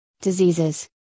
diseases